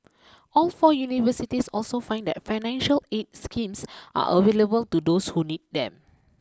all four universities also said that financial aid schemes are available to those who need them